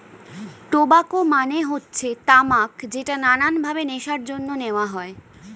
tobacco মানে হচ্ছে তামাক যেটা নানান ভাবে নেশার জন্য নেওয়া হয়